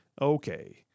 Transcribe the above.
Okay